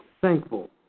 thankful